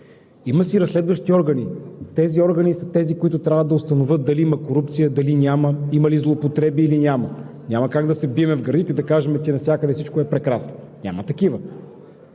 има си разследващи органи и тези органи са тези, които трябва да установят дали има корупция, дали няма, има ли злоупотреби или няма? Няма как да се бием в гърдите и да кажем, че навсякъде всичко е прекрасно. Няма такива!